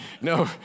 No